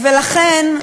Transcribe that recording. ולכן,